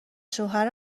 شوهر